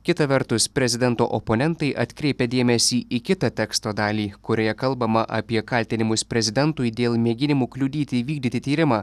kita vertus prezidento oponentai atkreipia dėmesį į kitą teksto dalį kurioje kalbama apie kaltinimus prezidentui dėl mėginimų kliudyti vykdyti tyrimą